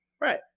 right